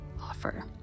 offer